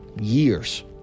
years